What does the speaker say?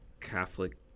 Catholic